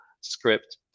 script